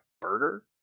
burger